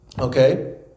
okay